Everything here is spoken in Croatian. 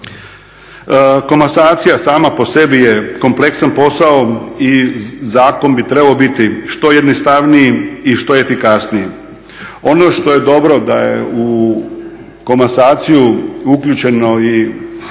Komasacija sama po sebi je kompleksan posao i zakon bi trebao biti što jednostavniji i što efikasniji. Ono što je dobro da je u komasaciju uključeno i